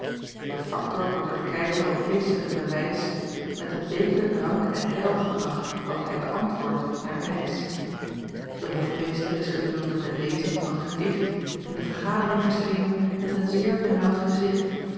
den factor wordt door den keizer op feestelijke wijs met een beker drank en heil gebracht wat bij beäntwoordt naar eisch de hofmeester is gedurende de lezing van het gedicht in de vergadering verschenen met een zeer benaauwd gezicht